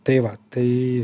tai va tai